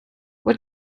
what